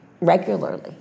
regularly